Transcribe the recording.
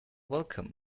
welcome